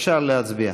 אפשר להצביע.